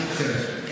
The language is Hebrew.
תראה,